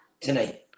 tonight